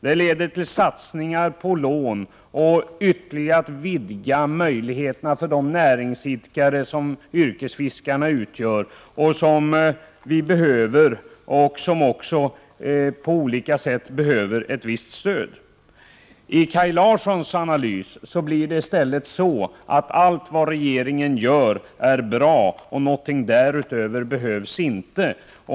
Det leder till satsningar på lån och ytterligare vidgade möjligheter för de näringsidkare som yrkesfiskarna utgör. Vi behöver dem, och de behöver på olika sätt ett stöd. I Kaj Larssons analys blir allt vad regeringen gör bra. Något därutöver behövs inte.